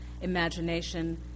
imagination